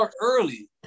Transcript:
early